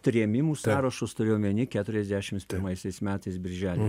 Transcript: trėmimų sąrašus turiu omeny keturiasdešim pirmaisiais metais birželį